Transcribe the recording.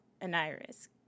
Aniris